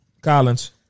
Collins